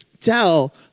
Tell